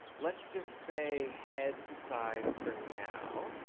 let's just say head size for now.